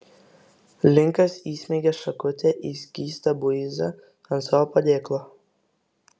linkas įsmeigė šakutę į skystą buizą ant savo padėklo